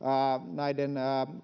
näiden